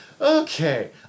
Okay